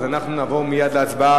אנחנו נעבור מייד להצבעה.